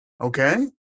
Okay